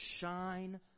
shine